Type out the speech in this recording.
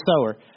sower